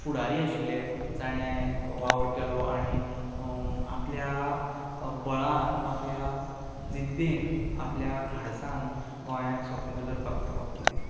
फुडारी आशिल्ले जाणें वावर केलो आणी आपल्या बळान आपल्या जिद्देन आपल्या धाडसान गोंयाक स्वतंत्र करपाक ते वावुरले